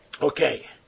Okay